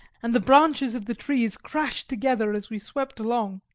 and the branches of the trees crashed together as we swept along.